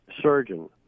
surgeon